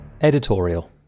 Editorial